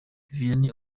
vianney